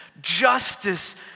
justice